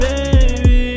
Baby